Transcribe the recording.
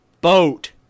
boat